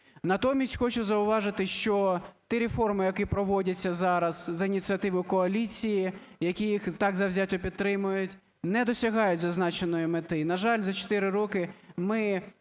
Натомість хочу зауважити, що ті реформи, які проводяться зараз за ініціативи коаліції, які їх так завзято підтримують, не досягають зазначеної мети. На жаль, за 4 роки ми